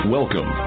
Welcome